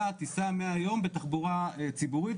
אתה תיסע מהיום בתחבורה ציבורית,